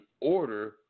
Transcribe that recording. order